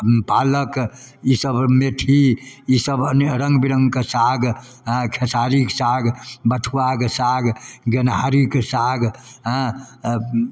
पालक ईसब मेथी ईसब रङ्गबिरङ्गके साग खेसारीके साग बथुआके साग गेनहारीके साग हँ